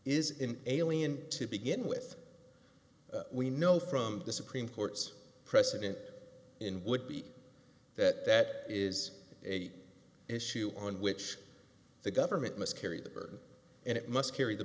is in alien to begin with we know from the supreme court's precedent in would be that is eight issue on which the government must carry the burden and it must carry the